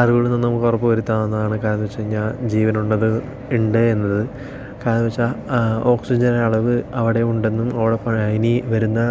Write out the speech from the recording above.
അതുകൊണ്ട് നമുക്ക് ഉറപ്പ് വരുത്താവുന്നതാണ് കാരണം എന്ന് വെച്ച് കഴിഞ്ഞാൽ ജീവൻ ഉണ്ട് ഉണ്ട് എന്നത് കാരണം എന്ന് വെച്ചാൽ ഓക്സിജൻ അളവ് അവിടെ ഉണ്ടെന്ന് ഇനി വരുന്ന